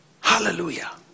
hallelujah